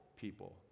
people